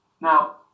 Now